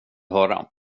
höra